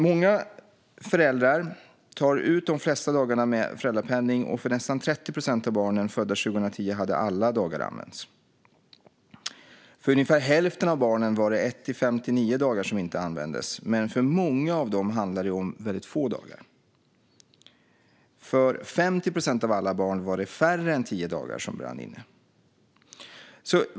Många föräldrar tog ut de flesta dagarna med föräldrapenning, och för nästan 30 procent av barnen födda 2010 hade alla dagar använts. För ungefär hälften av barnen är det 1-59 dagar som inte använts, men för många av dem handlade det om väldigt få dagar. För 50 procent av alla barn var det färre än tio dagar som brann inne.